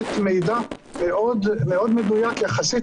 לתת מידע מאוד מדויק יחסית,